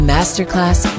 Masterclass